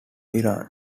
iran